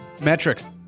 Metrics